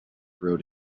rode